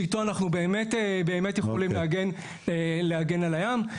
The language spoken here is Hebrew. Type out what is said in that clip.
שאיתו אנחנו באמת יכולים להגן על הים.